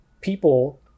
people